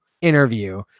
interview